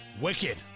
Wicked